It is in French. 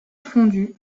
fondu